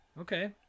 okay